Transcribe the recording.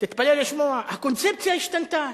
תתפלא לשמוע, הקונספציה השתנתה.